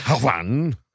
One